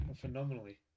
phenomenally